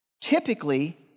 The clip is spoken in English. typically